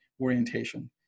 orientation